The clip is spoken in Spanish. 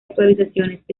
actualizaciones